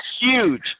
Huge